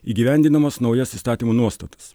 įgyvendinamas naujas įstatymo nuostatas